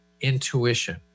intuition